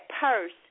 purse